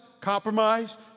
Compromise